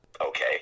okay